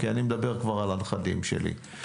כי אני מדבר כבר על הנכדים שלי.